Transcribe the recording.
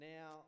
Now